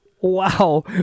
Wow